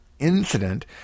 incident